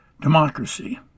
democracy